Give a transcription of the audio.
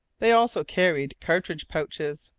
they also carried cartridge-pouches.